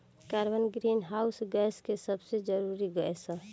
carbon greenhouse gas के सबसे जरूरी गैस ह